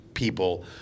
people